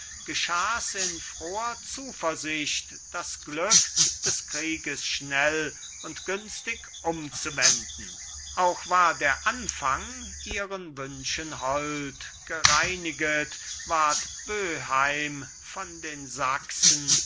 in froher zuversicht das glück des krieges schnell und günstig umzuwenden auch war der anfang ihren wünschen hold gereiniget war böheim von den sachsen